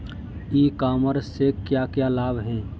ई commerce के क्या क्या लाभ हैं?